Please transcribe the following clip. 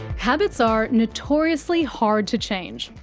habits are notoriously hard to change.